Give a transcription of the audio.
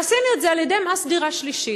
עשינו את זה על ידי מס דירה שלישית.